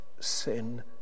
sin